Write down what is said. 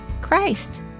Christ